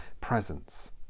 presence